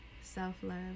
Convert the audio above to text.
self-love